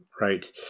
right